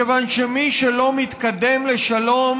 מכיוון שמי שלא מתקדם לשלום,